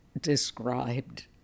described